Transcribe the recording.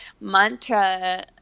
mantra